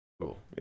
Cool